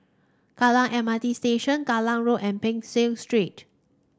Kallang M R T Station Kallang Road and Peck Seah Street